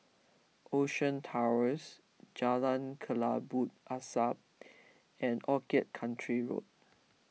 Ocean Towers Jalan Kelabu Asap and Orchid Country Road